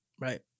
right